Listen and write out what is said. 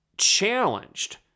challenged